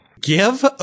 Give